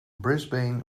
brisbane